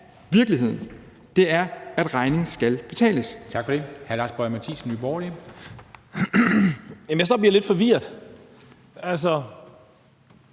virkeligheden, er, at regningen skal betales.